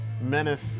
Menace